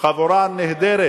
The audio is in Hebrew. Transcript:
חבורה נהדרת,